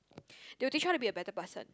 they will teach you how to be a better person